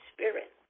Spirit